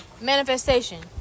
manifestation